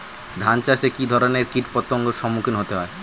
ধান চাষে কী ধরনের কীট পতঙ্গের সম্মুখীন হতে হয়?